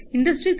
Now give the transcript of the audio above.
industry 3